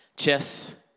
chess